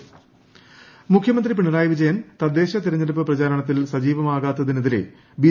സുരേന്ദ്രൻ മുഖ്യമന്ത്രി പിണറായി വിജയൻ തദ്ദേശ തെരഞ്ഞെടുപ്പ് പ്രചാരണത്തിൽ സജീവമാകാത്തതിനെതിരെ ബി